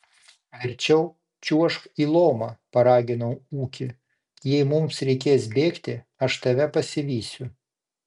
verčiau čiuožk į lomą paraginau ūkį jei mums reikės bėgti aš tave pasivysiu